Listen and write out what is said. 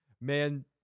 Man